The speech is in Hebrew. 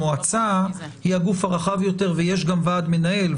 המועצה היא הגוף הרחב יותר ויש גם ועד מנהל.